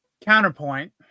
Counterpoint